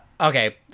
Okay